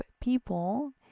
people